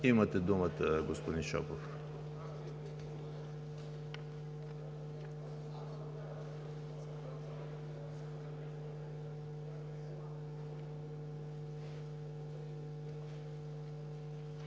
Имате думата, господин Шопов.